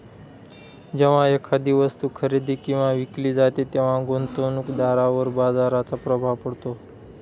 जेव्हा एखादी वस्तू खरेदी किंवा विकली जाते तेव्हा गुंतवणूकदारावर बाजाराचा प्रभाव पडतो